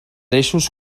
eixos